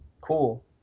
cool